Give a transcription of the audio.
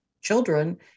children